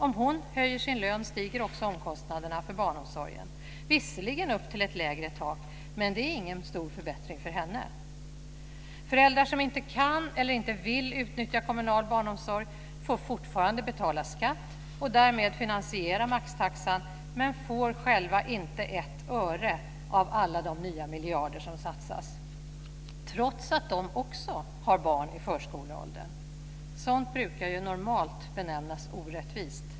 Om hon får höjd lön stiger också omkostnaderna för barnomsorgen, visserligen upp till ett lägre tak men det är ingen stor förbättring för henne. Föräldrar som inte kan eller inte vill utnyttja kommunal barnomsorg får fortfarande betala skatt och därmed finansiera maxtaxan men får själva inte ett öre av alla de nya miljarder som satsas, trots att de också har barn i förskoleåldern. Sådant brukar normalt benämnas orättvist.